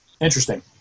Interesting